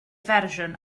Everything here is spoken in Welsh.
fersiwn